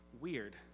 Weird